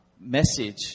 message